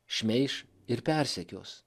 šmeiš ir persekios